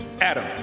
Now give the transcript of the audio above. Adam